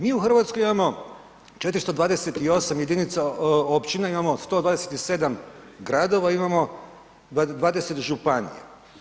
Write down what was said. Mi u Hrvatskoj imamo 428 jedinica općina, imamo 127 gradova, imamo 20 županija.